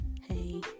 Hey